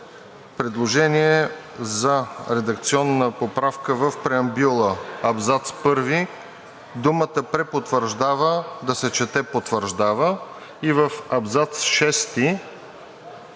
предложение за редакционна поправка в преамбюла – в абзац първи думата „препотвърждава“ да се чете „потвърждава“ и в абзац